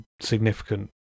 significant